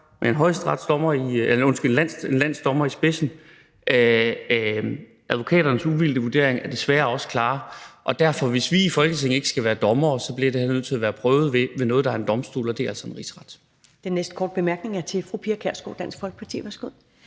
med en landsdommer i spidsen, og advokaternes uvildige vurdering er desværre også klar. Og hvis vi i Folketinget ikke skal være dommere, bliver det her derfor nødt til at være prøvet ved noget, der er en domstol, og det er altså en rigsret.